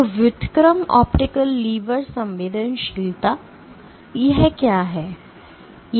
तो व्युत्क्रम optical lever संवेदनशीलता यह क्या है